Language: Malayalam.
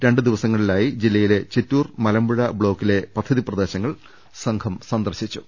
രണ്ടു ദിവസങ്ങളിലായി ജില്ലയിലെ ചിറ്റൂർ മലമ്പുഴ ബ്ലോക്കിലെ പദ്ധതി പ്രദേശങ്ങൾ സംഘം സന്ദർശിച്ചു